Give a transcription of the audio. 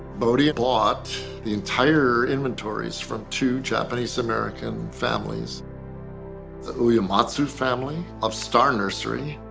boddy bought the entire inventories from two japanese-american families the uematsu family of star nursery